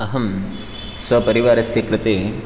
अहं स्वपरिवारस्य कृते